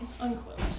unquote